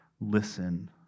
listen